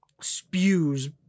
spews